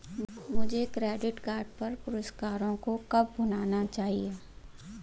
मुझे credit card पर पुरस्कारों को कब भुनाना चाहिए?